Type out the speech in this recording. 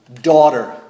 Daughter